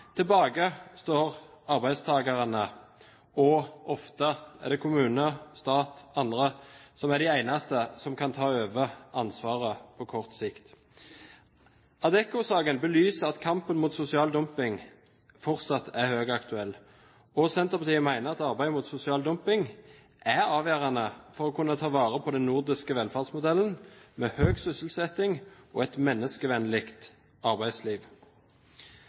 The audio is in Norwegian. Tilbake står arbeidstakerne, og ofte er det kommune, stat eller andre som er de eneste som kan ta over ansvaret på kort sikt. Adecco-saken belyser at kampen mot sosial dumping fortsatt er høyaktuell. Senterpartiet mener at arbeidet mot sosial dumping er avgjørende for å kunne ta vare på den nordiske velferdsmodellen, med høy sysselsetting og et menneskevennlig arbeidsliv.